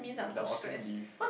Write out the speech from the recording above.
the Autumn leaves